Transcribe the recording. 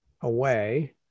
away